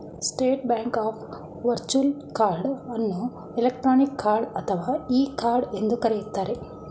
state Bank of virtual card ಅನ್ನು electronic card ಅಥವಾ e card ಎಂದು ಕರೆಯುತ್ತಾರೆ